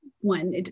one